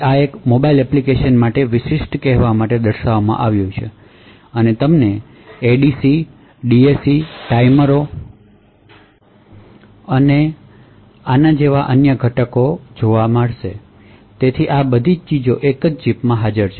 આ એક mobile application માટે દર્શાવવામાં આવ્યું છે અને તમને ADC DAC ટાઈમરો અને આ જેવા અન્ય ઘણા ઘટકો પણ જોશો તેથી બધા આ ચીજો એક જ ચિપમાં હાજર રહેશે